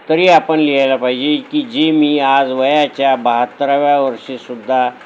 तरी आपण लिहायला पाहिजे की जे मी आज वयाच्या बाहत्तराव्या वर्षीसुद्धा